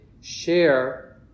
share